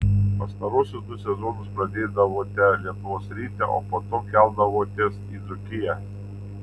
pastaruosius du sezonus pradėdavote lietuvos ryte o po to keldavotės į dzūkiją